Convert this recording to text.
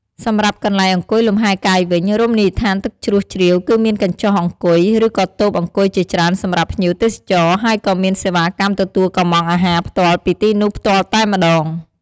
សម្រាប់កន្លែងអង្គុយលំហែរកាយវិញ រមណីយដ្ឋានទឹកជ្រោះជ្រាវ គឺមានកញ្ចុះអង្គុយ រឺក៏តូបអង្គុយជាច្រើនសម្រាប់ភ្ញៀវទេសចរ ហើយក៏មានសេវាកម្មទទួលកម្មង់អាហារផ្ទាល់ពីទីនោះផ្ទាល់តែម្តង។